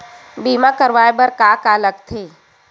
बीमा करवाय बर का का लगथे?